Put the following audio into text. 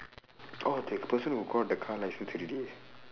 oh that person who call the car license